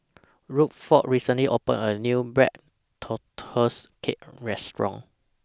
Rutherford recently opened A New Black Tortoise Cake Restaurant